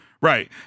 Right